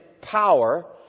power